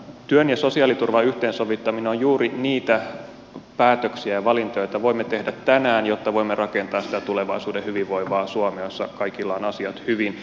työn ja sosiaaliturvan yhteensovittaminen on juuri niitä päätöksiä ja valintoja joita voimme tehdä tänään jotta voimme rakentaa sitä tulevaisuuden hyvinvoivaa suomea jossa kaikilla on asiat hyvin